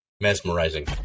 mesmerizing